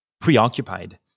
preoccupied